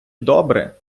добре